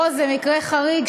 פה זה מקרה חריג,